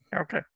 Okay